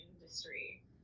industry